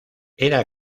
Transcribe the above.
era